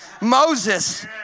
Moses